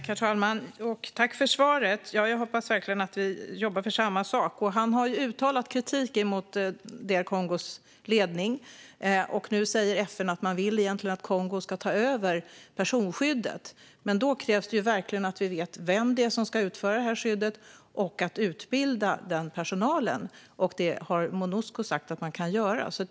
Herr talman! Jag tackar för svaret. Jag hoppas verkligen att vi jobbar för samma sak. Denis Mukwege har uttalat kritik mot DR Kongos ledning. Nu säger FN att man egentligen vill att Kongo ska ta över personskyddet. Men då krävs det verkligen att vi vet vem det är som ska utföra det här skyddet. Det krävs också att man utbildar den personalen. Det har Monusco sagt att man kan göra.